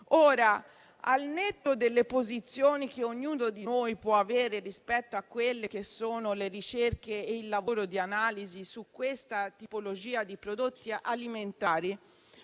Al netto delle posizioni che ognuno di noi può avere, rispetto alle ricerche e al lavoro di analisi su questa tipologia di prodotti alimentari,